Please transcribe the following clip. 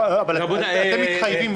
אבל אתם מתחייבים?